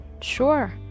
sure